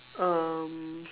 um